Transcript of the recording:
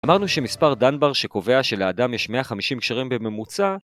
אמרנו שמספר דנבר שקובע שלאדם יש 150 קשרים בממוצע